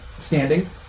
standing